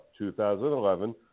2011